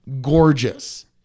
gorgeous